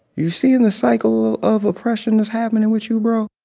you seeing the cycle of oppression that's happening with you, bro?